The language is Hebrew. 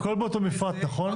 הכל באותו מפרט, נכון?